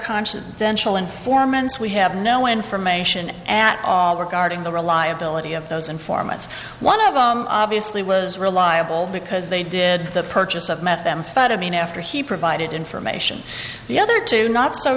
conscious then szell informants we have no information at guarding the reliability of those informants one of the obviously was reliable because they did the purchase of methamphetamine after he provided information the other two not so